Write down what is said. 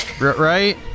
Right